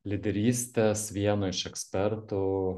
lyderystės vieno iš ekspertų